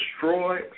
destroy